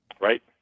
Right